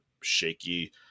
shaky